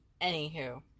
Anywho